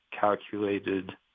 calculated